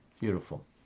Beautiful